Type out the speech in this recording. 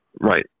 Right